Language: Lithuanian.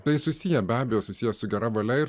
tai susiję be abejo susiję su gera valia ir